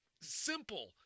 simple